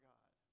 God